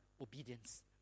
obedience